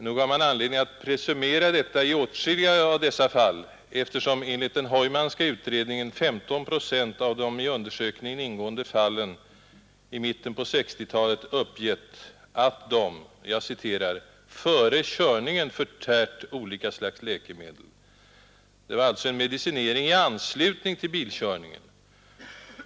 Nog har man anledning att presumera detta i åtskilliga av dessa fall, eftersom enligt den Heumanska utredningen 15 procent av de i undersökningen ingående fallen i mitten på 1960-talet uppgivit att de ”före körningen har förtärt olika slags läkemedel”. Det var alltså en medicinering i anslutning till bilkörningen.